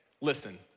listen